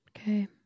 Okay